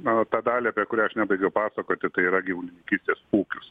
nu tą dalį apie kurią aš nebaigiau pasakoti tai yra gyvulininkystės ūkius